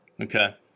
Okay